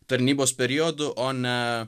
tarnybos periodu o ne